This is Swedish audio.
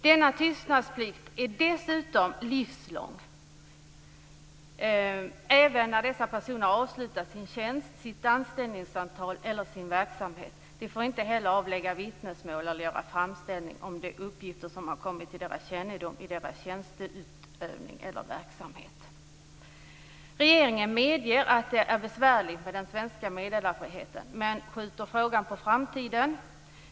Denna tystnadsplikt är dessutom livslång och gäller alltså även när personerna i fråga har avslutat sin tjänst, sitt anställningsavtal eller sin verksamhet. De får inte heller avlägga vittnesmål eller göra framställning om de uppgifter som har kommit till deras kännedom i deras tjänsteutövning eller verksamhet. Regeringen medger att det är besvärligt med den svenska meddelarfriheten men skjuter frågan på framtiden.